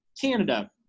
Canada